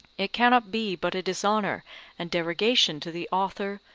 it cannot be but a dishonour and derogation to the author,